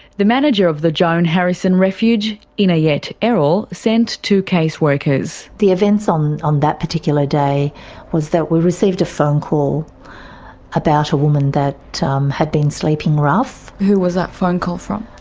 the manager of the joan harrison refuge, inayet erol, sent two caseworkers. the events on on that particular day was that we received a phone call about a woman that um had been sleeping rough. who was that phone call from?